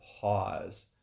pause